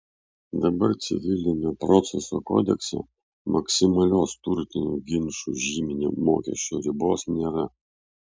dabar civilinio proceso kodekse maksimalios turtinių ginčų žyminio mokesčio ribos nėra